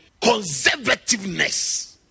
conservativeness